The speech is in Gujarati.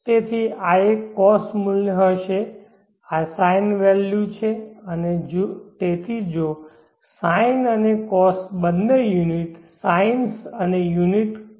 તેથી આ એક cos મૂલ્ય હશે આ sine વેલ્યુ છે અને તેથી જો sine અને cos બંને યુનિટ sines અને યુનિટ coss છે